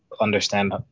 understand